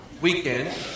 weekend